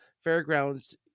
fairgrounds